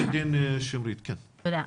תודה.